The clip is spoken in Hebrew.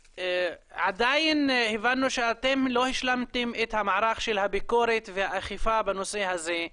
עדיין הבנו שאתם לא השלמתם את המערך של הביקורת ואכיפה בנושא הזה.